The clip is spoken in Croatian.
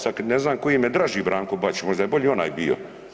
Sad ne znam koji im je draži Branko Bačić, možda je bolji onaj bio.